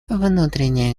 внутренние